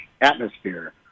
atmosphere